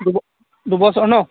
দুব দুবছৰ নহ্